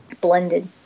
blended